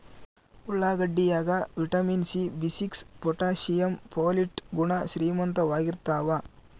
ಉಳ್ಳಾಗಡ್ಡಿ ಯಾಗ vitamin C B six potassium ಪೊಲಿಟ್ ಗುಣ ಶ್ರೀಮಂತವಾಗಿರ್ತಾವ